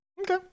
Okay